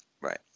Right